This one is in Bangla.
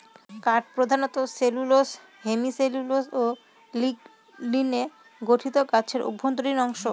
কাঠ প্রধানত সেলুলোস হেমিসেলুলোস ও লিগনিনে গঠিত গাছের অভ্যন্তরীণ অংশ